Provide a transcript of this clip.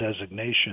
designation